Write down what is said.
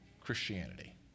Christianity